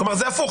כלומר זה הפוך.